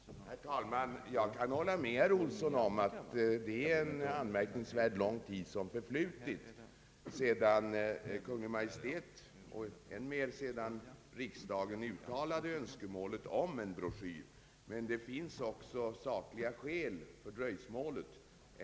Herr talman! Jag kan hålla med herr Olsson om att det är en anmärkningsvärt lång tid som förflutit sedan Kungl. Maj:t och än mer riksdagen uttalade önskemålet om en broschyr, men det finns sakliga skäl för dröjsmålet.